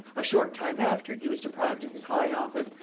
a short time after he was deprived of his high office,